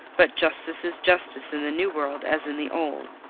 but justice is justice in the new world as in the old,